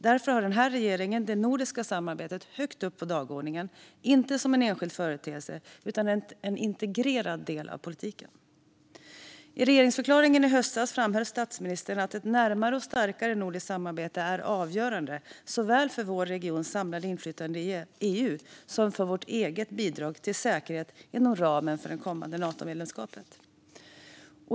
Därför har den här regeringen det nordiska samarbetet högt upp på dagordningen, inte som en enskild företeelse utan som en integrerad del av politiken. I regeringsförklaringen i höstas framhöll statsministern att ett närmare och starkare nordiskt samarbete är avgörande, såväl för vår regions samlade inflytande i EU som för vårt eget bidrag till säkerhet inom ramen för det kommande Natomedlemskapet.